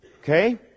Okay